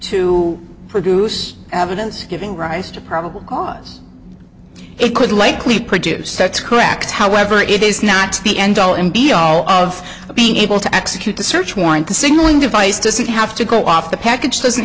to produce evidence giving rise to probable cause it could likely produce that's correct however it is not the end all and be all of being able to execute the search warrant the signaling device doesn't have to go off the package doesn't